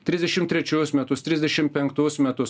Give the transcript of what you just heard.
trisdešim trečius metus trisdešim penktus metus